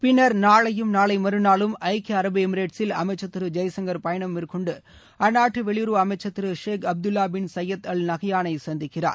பின்னர் நாளையும் நாளை மறுநாளும் ஐக்கிய அரபு எமிரேட்ஸில் அமைச்சர் திரு ஜெய்சங்கர் பயணம் மேற்கொண்டு அந்நாட்டு வெளியுறவு அமைச்சர் திரு Sheikh Abdullah bin Zayed Al நஹ்யானை சந்திக்கிறார்